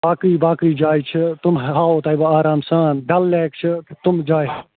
باقٕے باقٕے جایہِ چھِ تِم ہاوَہو تۅہہِ بہٕ آرام سان ڈل لیک تِم جایہِ